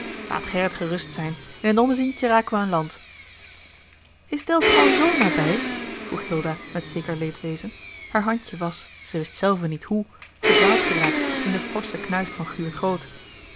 gerrit gerust zijn in een ommezientje raken wij land is delfgauw z nabij vroeg hilda met zeker leedwezen haar handje was zij wist zelve niet hoe verdwaald geraakt in den forschen knuist van guurt groot